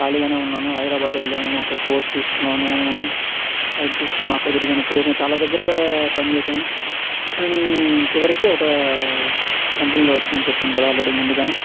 ఖాళీగానే ఉన్నాను హైదరాబాద్ వెళ్ళాను అక్కడ కోర్సు తీసుకున్నాను అది తీసుకున్నాను అక్కడ తిరిగాను ఇక్కడ తిరిగాను చాలా దగ్గరా పనిచేశాను కానీ చివరికి ఒక కంపెనీలో వచ్చిందని చెప్పాను కదా ఆల్రెడీ ముందుగానే